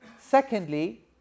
Secondly